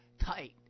tight